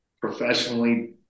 professionally